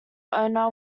owner